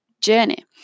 journey